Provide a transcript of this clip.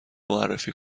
معرفی